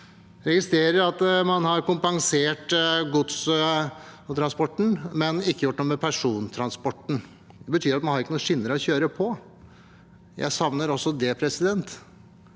Jeg registrerer at man har kompensert godstransporten, men ikke gjort noe med persontransporten. Det betyr at man ikke har noen skinner å kjøre på. Jeg savner også det. Det